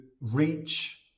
reach